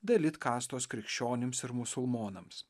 dalit kastos krikščionims ir musulmonams